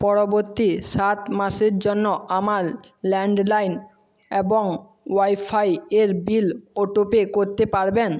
পরবর্তী সাত মাসের জন্য আমার ল্যান্ড লাইন এবং ওয়াইফাইয়ের বিল অটোপে করতে পারবেন